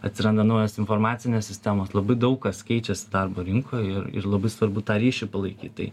atsiranda naujos informacinės sistemos labai daug kas keičiasi darbo rinkoj ir ir labai svarbu tą ryšį palaikyt tai